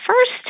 first